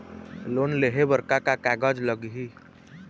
Loan लेहे बर का का कागज लगही?